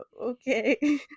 okay